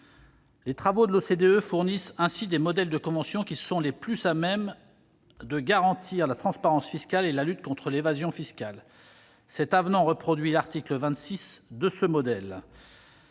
Les travaux de l'OCDE fournissent ainsi des modèles de convention qui sont les plus à même de garantir la transparence fiscale et la lutte contre l'évasion fiscale. Le présent avenant en reproduit l'article 26. J'en